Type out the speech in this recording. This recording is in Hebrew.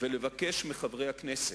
ולבקש מחברי הכנסת,